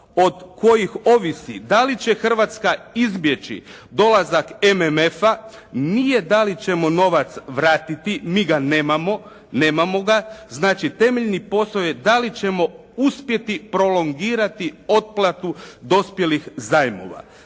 od kojih ovisi da li će Hrvatska izbjeći dolazak MMF-a nije da li ćemo novac vratiti mi ga nemamo, nemamo ga. Znači temeljni posao je da li ćemo uspjeti prolongirati otplatu dospjelih zajmova.